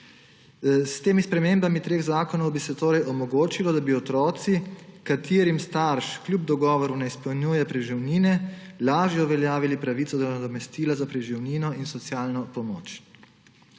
S temi spremembami treh zakonov bi se torej omogočilo, da bi otroci, katerim starš kljub dogovoru ne izpolnjuje preživnine, lažje uveljavili pravico do nadomestila za preživnino in socialno pomoč.